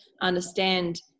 understand